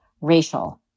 racial